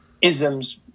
isms